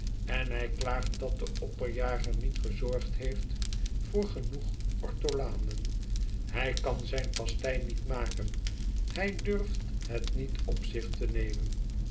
en hij klaagt dat de opperjager niet gezorgd heeft voor genoeg ortolanen hij kan zijn pastei niet maken hij durft het niet op zich nemen